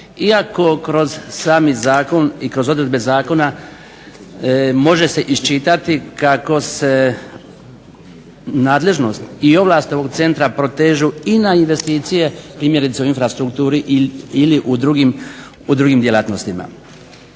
iako kroz sami zakon i kroz odredbe zakona može se iščitati kako se nadležnost i ovlasti ovog centra protežu i na investicije. Primjerice u infrastrukturi ili u drugim djelatnostima.